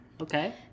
Okay